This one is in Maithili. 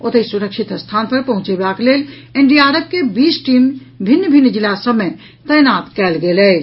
ओतहि सुरक्षित स्थान पर पहुंचेबाक लेल एनडीआरएफ के बीस टीम भिन्न भिन्न जिला सभ मे तैनात कयल गेल अछि